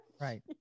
right